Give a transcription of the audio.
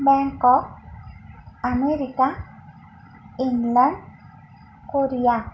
Bangkok America England Korea